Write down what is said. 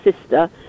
sister